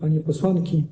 Panie Posłanki!